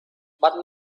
but